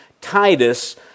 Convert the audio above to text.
Titus